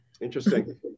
Interesting